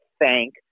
thank